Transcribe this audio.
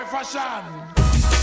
Fashion